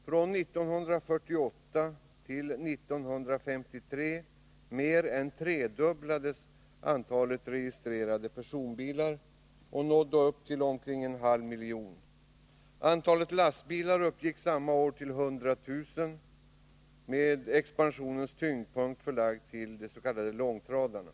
Från 1948 till 1953 mer än tredubblades antalet registrerade personbilar och nådde upp till omkring en halv miljon. Antalet lastbilar uppgick samma år till 100 000, med expansionens tyngdpunkt förlagd till de s.k. långtradarna.